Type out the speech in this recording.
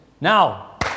now